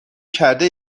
کرده